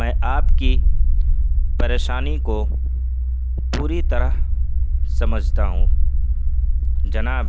میں آپ کی پریشانی کو پوری طرح سمجھتا ہوں جناب